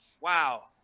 Wow